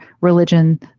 religion